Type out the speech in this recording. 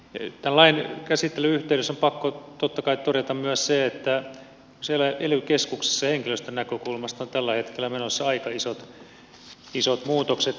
tämän lain käsittelyn yhteydessä on pakko totta kai todeta myös se että ely keskuksissa henkilöstön näkökulmasta on tällä hetkellä menossa aika isot muutokset